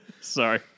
Sorry